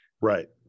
Right